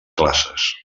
classes